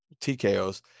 TKOs